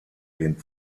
den